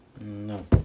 No